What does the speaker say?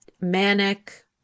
manic